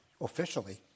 officially